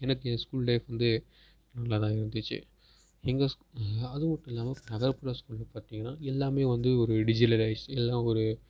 எனக்கு என் school life வந்து நல்லாதான் இருந்துச்சு எங்கள் அதுவுமில்லாம நகரப்புற ஸ்கூலில் பார்த்தீங்கன்னா எல்லாமே வந்து ஒரு டிஜிட்டலைஸ் இல்லைனா ஒரு